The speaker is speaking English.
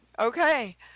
Okay